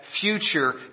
future